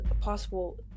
possible